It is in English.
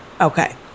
okay